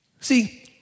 See